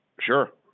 Sure